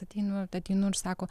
ateinu ateinu ir sako